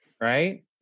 right